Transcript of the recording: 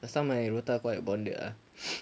last time my rota quite bonded ah